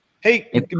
Hey